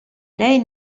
lei